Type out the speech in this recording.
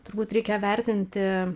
turbūt reikia vertinti